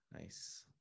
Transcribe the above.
Nice